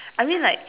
I mean like